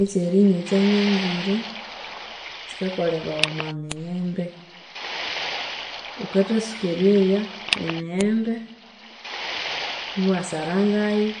Eky'erinywa ekyanganzire, kikakolhebawa omwa miyembe, wukathatsuka eryoya emiyembe, iwasarangayu,